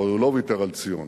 אבל הוא לא ויתר על ציון.